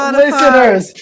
listeners